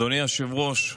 אדוני היושב-ראש,